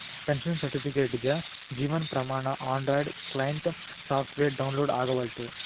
pension ಸರ್ಟಿಫಿಕೇಟ್ಗೆ Jeevan Pramaan Android client software download ಆಗವಲ್ತು